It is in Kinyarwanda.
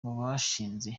bashinze